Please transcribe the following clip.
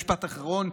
משפט אחרון,